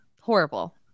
horrible